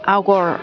आग'र